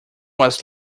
was